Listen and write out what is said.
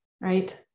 right